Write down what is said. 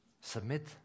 submit